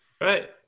Right